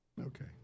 Okay